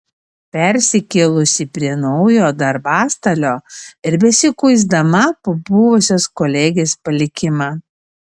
persikėlusi prie naujo darbastalio ir besikuisdama po buvusios kolegės palikimą